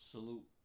Salute